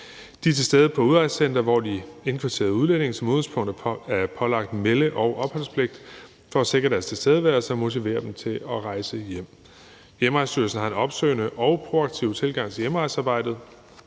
De er til stede på udrejsecenteret, hvor de indkvarterede udlændinge som udgangspunkt er pålagt melde- og opholdspligt, for at sikre deres tilstedeværelse og motivere dem til at rejse hjem. Hjemrejsestyrelsen har en opsøgende og proaktiv tilgang til hjemrejsearbejdet,